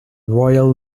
royal